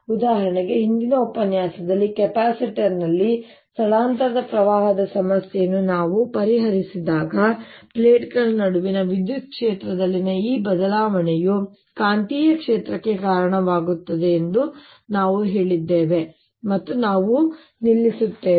ಉದಾಹರಣೆಗೆ ಹಿಂದಿನ ಉಪನ್ಯಾಸದಲ್ಲಿ ಕೆಪಾಸಿಟರ್ನಲ್ಲಿ ಸ್ಥಳಾಂತರದ ಪ್ರವಾಹದ ಸಮಸ್ಯೆಯನ್ನು ನಾನು ಪರಿಗಣಿಸಿದಾಗ ಪ್ಲೇಟ್ಗಳ ನಡುವಿನ ವಿದ್ಯುತ್ ಕ್ಷೇತ್ರದಲ್ಲಿನ ಈ ಬದಲಾವಣೆಯು ಕಾಂತೀಯ ಕ್ಷೇತ್ರಕ್ಕೆ ಕಾರಣವಾಗುತ್ತದೆ ಎಂದು ನಾವು ಹೇಳಿದ್ದೇವೆ ಮತ್ತು ನಾವು ನಿಲ್ಲಿಸುತ್ತೇವೆ